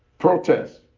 protest,